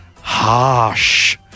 Harsh